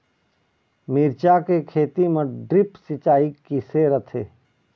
मिरचा के खेती म ड्रिप सिचाई किसे रथे?